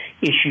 issue